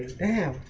and